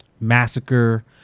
Massacre